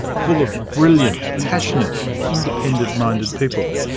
full of brilliant, passionate and independent-minded people.